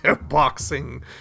boxing